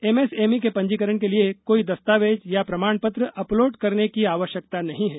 MSME के पंजीकरण के लिए कोई दस्तावेज या प्रमाणपत्र अपलोड करने की आवश्यकता नहीं है